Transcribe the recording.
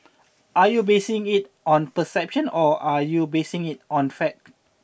are you basing it on perception or are you basing it on fact